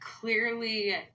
clearly